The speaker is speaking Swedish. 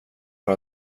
för